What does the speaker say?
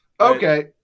Okay